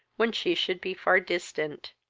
when she should be far distant.